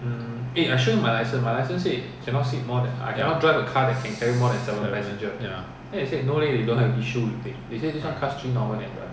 ya seven ya